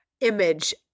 image